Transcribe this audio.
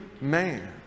man